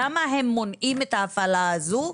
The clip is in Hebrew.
מדוע הם מונעים את ההפעלה הזו,